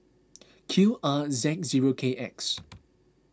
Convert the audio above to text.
Q R Z zero K X